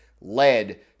led